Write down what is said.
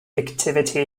activity